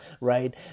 right